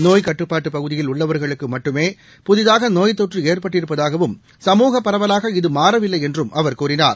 நோய் கட்டுப்பாட்டு பகுதியில் உள்ளவர்களுக்கு மட்டுமே புதிதாக நோய்த்தொற்று ஏற்பட்டிருப்பதாகவும் சமூக பரவலாக இது மாறவில்லை என்றும் அவர் கூறினார்